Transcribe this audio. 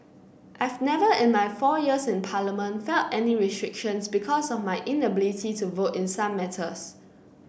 I've never in my four years in Parliament felt any restrictions because of my inability to vote in some matters